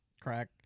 crack